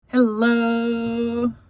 hello